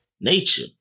nature